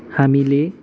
हामीले